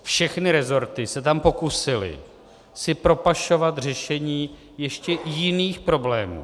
Všechny rezorty se tam pokusily si propašovat řešení ještě jiných problémů.